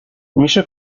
میشه